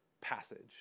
passage